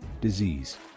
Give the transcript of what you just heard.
disease